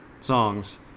songs